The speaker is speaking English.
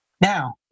Now